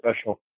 special